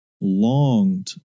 longed